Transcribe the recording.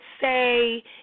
say